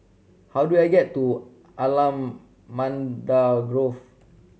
how do I get to Allamanda Grove